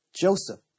Joseph